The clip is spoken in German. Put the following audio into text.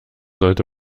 sollte